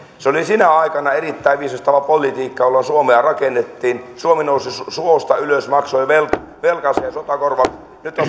se oli sinä aikana erittäin viisasta politiikkaa jolloin suomea rakennettiin suomi nousi suosta ylös maksoi velkansa velkansa ja sotakorvauksensa nyt on